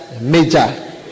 major